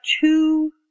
two